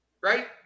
right